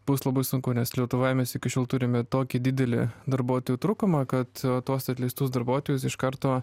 bus labai sunku nes lietuvoje mes iki šiol turime tokį didelį darbuotojų trūkumą kad tuos atleistus darbuotojus iš karto